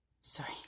sorry